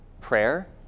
prayer